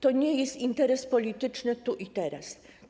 To nie jest interes polityczny tu i teraz.